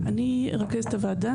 אני רכזת הוועדה,